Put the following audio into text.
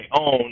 own